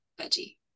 veggie